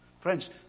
Friends